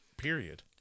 Period